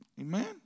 Amen